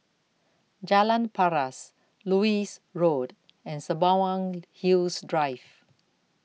Jalan Paras Lewis Road and Sembawang Hills Drive